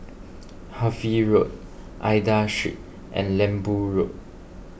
Harvey Road Aida Street and Lembu Road